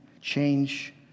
change